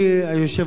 כבוד השר,